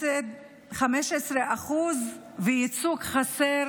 15% וייצוג חסר